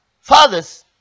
fathers